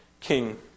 king